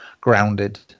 grounded